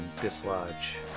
dislodge